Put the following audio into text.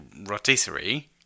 rotisserie